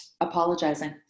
Apologizing